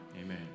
Amen